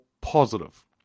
positive